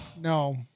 No